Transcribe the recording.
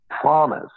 promise